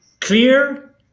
clear